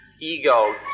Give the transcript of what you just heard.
ego